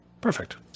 Perfect